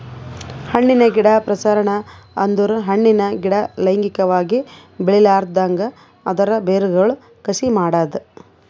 ಹಣ್ಣಿನ ಗಿಡ ಪ್ರಸರಣ ಅಂದುರ್ ಹಣ್ಣಿನ ಗಿಡ ಲೈಂಗಿಕವಾಗಿ ಬೆಳಿಲಾರ್ದಂಗ್ ಅದರ್ ಬೇರಗೊಳ್ ಕಸಿ ಮಾಡದ್